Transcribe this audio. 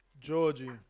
Georgie